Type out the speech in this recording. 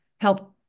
help